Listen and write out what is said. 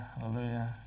Hallelujah